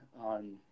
on